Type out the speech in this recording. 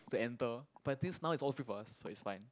to enter but this now is all free for us so it's fine